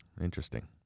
Interesting